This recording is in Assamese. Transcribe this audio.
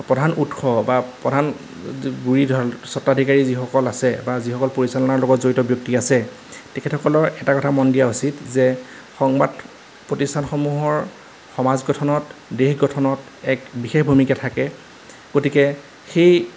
প্ৰধান উৎস বা প্ৰধান গুৰি স্বত্বাধিকাৰী যিসকল আছে বা যিসকল পৰিচালনাৰ লগত জড়িত ব্যক্তি আছে তেখেতসকলৰ এটা কথা মন দিয়া উচিত যে সংবাদ প্ৰতিষ্ঠানসমূহৰ সমাজ গঠনত দেশ গঠনত এক বিশেষ ভূমিকা থাকে গতিকে সেই